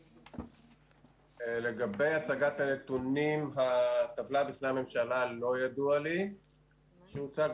לגבי הצגת הנתונים, הטבלה לא ידוע לי שהוצג.